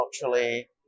culturally